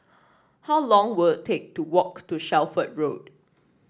how long were take to walk to Shelford Road